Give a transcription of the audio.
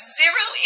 zero